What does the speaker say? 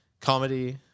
comedy